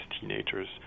teenagers